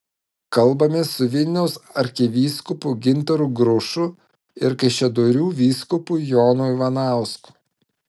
kalbamės su vilniaus arkivyskupu gintaru grušu ir kaišiadorių vyskupu jonu ivanausku